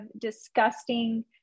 disgusting